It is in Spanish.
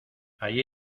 allí